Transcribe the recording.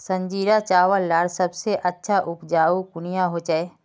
संजीरा चावल लार सबसे अच्छा उपजाऊ कुनियाँ होचए?